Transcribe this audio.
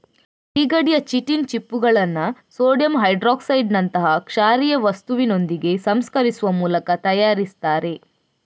ಸೀಗಡಿಯ ಚಿಟಿನ್ ಚಿಪ್ಪುಗಳನ್ನ ಸೋಡಿಯಂ ಹೈಡ್ರಾಕ್ಸೈಡಿನಂತಹ ಕ್ಷಾರೀಯ ವಸ್ತುವಿನೊಂದಿಗೆ ಸಂಸ್ಕರಿಸುವ ಮೂಲಕ ತಯಾರಿಸ್ತಾರೆ